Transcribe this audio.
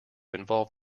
involve